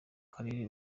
karere